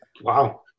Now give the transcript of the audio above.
Wow